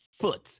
foot